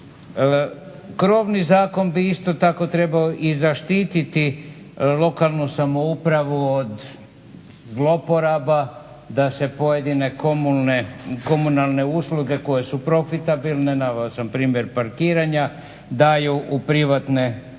Krovni zakon bi isto tako trebao i zaštiti lokalnu samoupravu od zlouporaba, da se pojedine komunalne usluge koje su profitabilne, naveo sam primjer parkiranja, daju u privatne